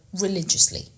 religiously